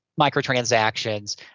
microtransactions